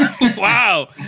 Wow